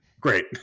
Great